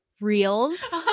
reels